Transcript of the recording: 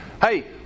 Hey